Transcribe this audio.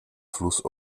fluss